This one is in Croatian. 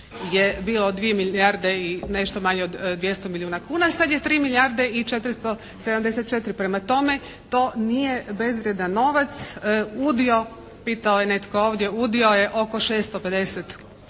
je bilo dvije milijarde i nešto manje od 200 milijuna kuna. Sad je 3 milijarde i 474. Prema tome to nije bezvrijedan novac. Udio, pitao je netko ovdje, udio je oko 650 kuna.